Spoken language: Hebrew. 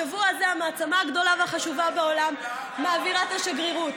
השבוע הזה המעצמה הגדולה והחשובה בעולם מעבירה את השגרירות,